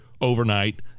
overnight